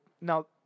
now